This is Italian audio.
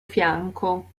fianco